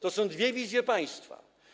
To są dwie wizje państwa.